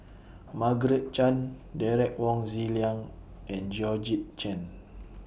Margaret Chan Derek Wong Zi Liang and Georgette Chen